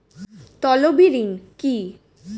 তলবি ঋণ কি?